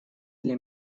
для